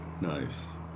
Nice